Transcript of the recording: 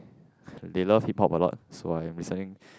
they love hip hop a lot so I'm listening